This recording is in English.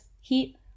heat